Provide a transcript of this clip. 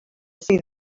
see